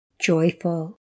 joyful